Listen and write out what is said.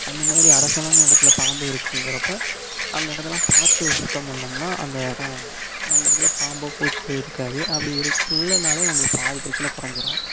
அந்த மாதிரி அடைசலான இடத்துல பாம்பு இருக்குங்கிறப்போ அந்த இடத்தலாம் பார்த்து சுத்தம் பண்ணோம்னால் அந்த இடம் அந்த இடத்துல பாம்போ பூச்சியோ இருக்காது அப்படி இருக் இல்லைனாலே நமக்கு பாதி பிரச்சனை குறஞ்சிரும்